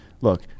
Look